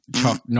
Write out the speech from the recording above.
Chuck